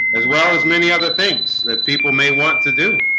as well as many other things that people may want to do